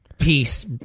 peace